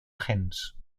gens